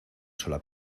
sola